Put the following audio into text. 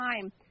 time